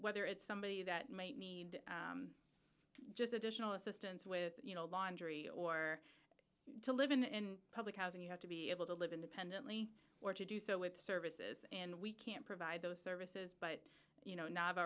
whether it's somebody that might need just additional assistance with you know laundry or to live in public housing you have to be able to live independently or to do so with services and we can't provide those services but you know n